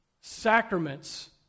Sacraments